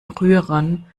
rührern